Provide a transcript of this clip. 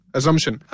Assumption